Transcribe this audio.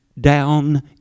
down